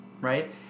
right